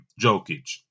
Jokic